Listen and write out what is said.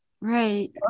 Right